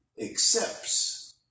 accepts